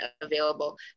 available